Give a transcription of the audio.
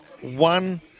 one